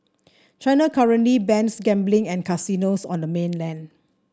China currently bans gambling and casinos on the mainland